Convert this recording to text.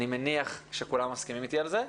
אני מניח שכולם מסכימים איתי על זה.